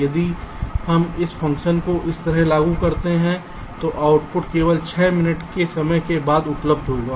यदि हम इस फ़ंक्शन को इस तरह लागू करते हैं तो आउटपुट केवल 6 मिनट के समय के बाद उपलब्ध होगा